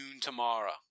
tomorrow